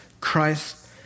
Christ